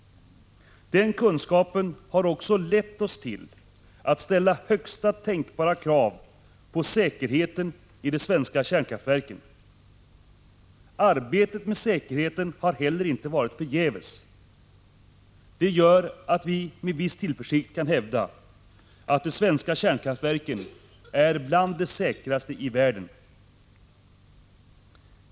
Den kunskapen har också lett till att ställa högsta tänkbara krav på säkerheten i de svenska kärnkraftverken. Arbetet med säkerheten har heller inte varit förgäves. Det gör att vi med viss tillförsikt kan hävda, att de svenska kärnkraftverken är bland de säkraste i världen.